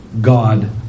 God